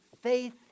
Faith